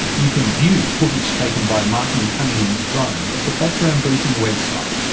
you can view footage taken by martin cunningham's drone at the background briefing website.